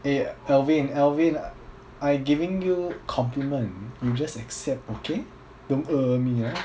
eh alvin alvin I'm giving you compliment you just accept okay don't err me